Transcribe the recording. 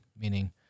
meaning